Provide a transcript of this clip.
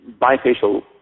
bifacial